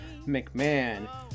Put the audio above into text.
McMahon